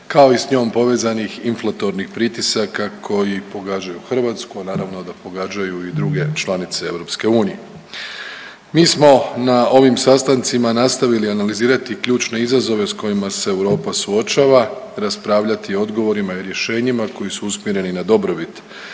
kao i s njom povezanih inflatornih pritisaka koji pogađaju Hrvatsku, naravno da pogađaju i druge članice EU. Mi smo na ovim sastancima nastavili analizirati ključne izazove s kojima se Europa suočava, raspravljati odgovorima i rješenjima koji su usmjereni na dobrobit